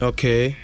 Okay